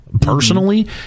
Personally